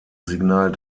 signal